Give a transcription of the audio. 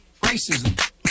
Racism